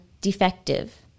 defective